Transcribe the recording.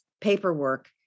paperwork